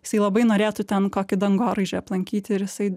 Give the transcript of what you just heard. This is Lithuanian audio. jisai labai norėtų ten kokį dangoraižį aplankyt ir jisai